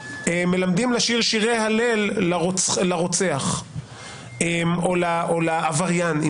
מלמדים לשיר שירי הלל לרוצח או לעבריין.